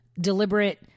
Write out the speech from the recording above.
deliberate